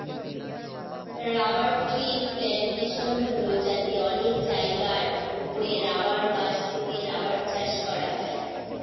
rubber ট্রির plantation হল যাতে অনেক জায়গার ওপরে রাবার গাছ থেকে রাবার চাষ করা হয়